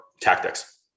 tactics